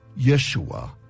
Yeshua